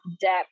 depth